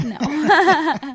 No